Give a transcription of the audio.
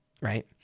right